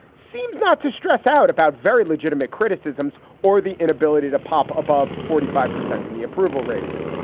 seems not to stress out about very legitimate criticisms. or the inability to pop above forty five percent in the approval ratings.